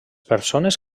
persones